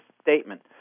statement